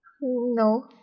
No